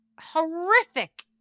horrific